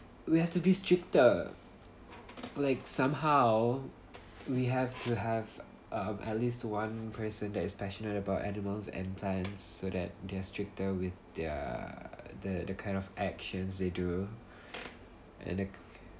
we have to be stricter like somehow we have to have um at least one person that is passionate about animals and plants so that they're stricter with their the the kind of actions they do and it